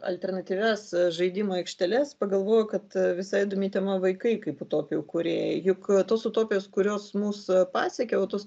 alternatyvias žaidimų aikšteles pagalvojau kad visai įdomi tema vaikai kaip utopijų kūrėjai juk tos utopijos kurios mus pasiekiau va tos